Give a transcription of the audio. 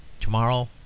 Tomorrow